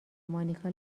مانیکا